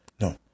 No